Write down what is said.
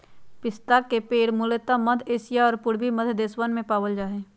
पिस्ता के पेड़ मूलतः मध्य एशिया और पूर्वी मध्य देशवन में पावल जा हई